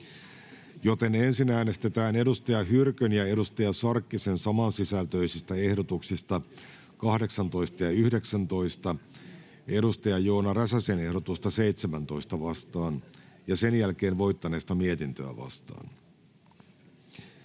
joten ensin äänestetään Saara Hyrkön ja Hanna Sarkkisen saman sisältöisistä ehdotuksista 18 ja 19 Joona Räsäsen ehdotusta 17 vastaan ja sen jälkeen voittaneesta mietintöä vastaan.